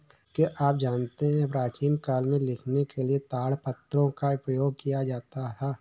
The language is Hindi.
क्या आप जानते है प्राचीन काल में लिखने के लिए ताड़पत्रों का प्रयोग किया जाता था?